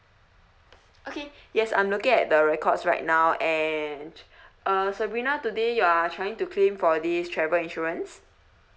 okay yes I'm looking at the records right now and uh sabrina today you are trying to claim for this travel insurance